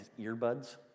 earbuds